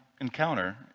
encounter